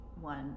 one